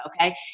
okay